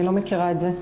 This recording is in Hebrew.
אני לא מכירה את זה.